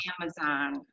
amazon